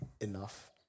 enough